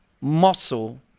muscle